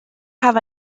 have